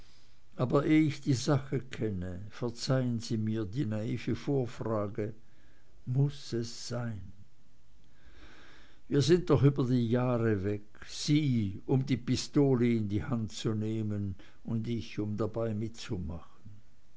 aber eh ich die sache kenne verzeihen sie mir die naive vorfrage muß es sein wir sind doch über die jahre weg sie um die pistole in die hand zu nehmen und ich um dabei mitzumachen